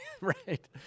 Right